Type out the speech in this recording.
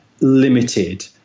limited